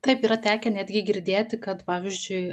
taip yra tekę netgi girdėti kad pavyzdžiui